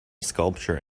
sculpture